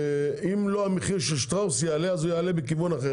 אם לא המחיר של שטראוס יעלה אז הוא יעלה מכיוון אחר,